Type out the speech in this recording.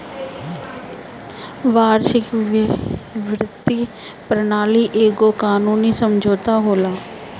वैश्विक वित्तीय प्रणाली एगो कानूनी समुझौता होला